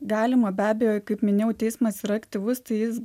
galima be abejo kaip minėjau teismas yra aktyvus tai jis